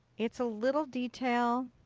it's a little detail.